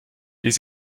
les